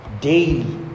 Daily